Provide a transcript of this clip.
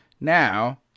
Now